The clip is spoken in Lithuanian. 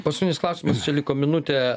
paskutinis klausimas liko minutė